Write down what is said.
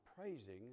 praising